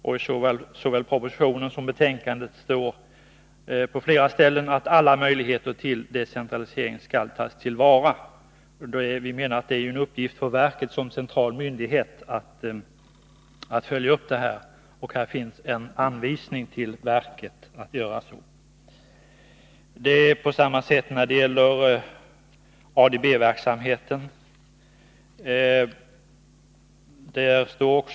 I så väl propositionen som betänkandet står på flera ställen att alla möjligheter till decentralisering skall tas till vara. Vi anser att det är en viktig uppgift för verket som central myndighet att följa upp detta. Här finns också en anvisning till verket att göra så. På samma sätt är det i ftråga om ADB-verksamheten.